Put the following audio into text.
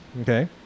okay